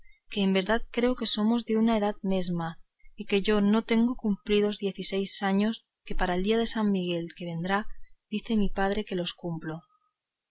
que en verdad que creo que somos de una edad mesma y que yo no tengo cumplidos diez y seis años que para el día de san miguel que vendrá dice mi padre que los cumplo